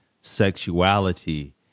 sexuality